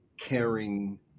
caring